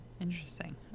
Interesting